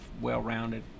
well-rounded